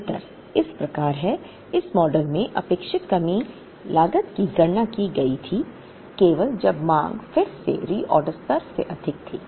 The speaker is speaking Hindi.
अंतर इस प्रकार है इस मॉडल में अपेक्षित कमी लागत की गणना की गई थी केवल जब मांग फिर से रीआर्डर स्तर से अधिक थी